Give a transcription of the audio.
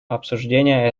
обсуждения